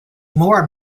more